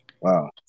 wow